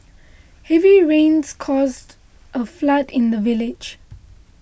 heavy rains caused a flood in the village